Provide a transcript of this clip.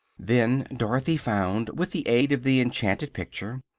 then dorothy found, with the aid of the enchanted picture,